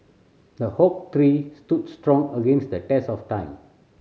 the tree stood strong against the test of time